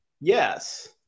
Yes